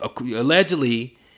Allegedly